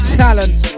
talent